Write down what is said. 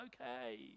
okay